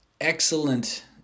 excellent